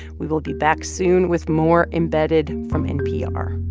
we will be back soon with more embedded from npr